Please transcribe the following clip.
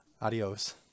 Adios